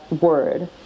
word